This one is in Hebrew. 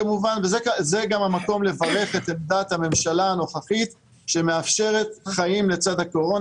וזה גם המקום לברך את עמדת הממשלה הנוכחית שמאפשרת חיים לצד הקורונה.